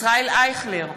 ישראל אייכלר,